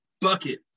bucket